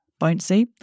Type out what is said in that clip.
bouncy